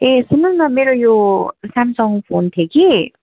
ए सुन्नुहोस् न मेरो यो स्यामसङ फोन थियो कि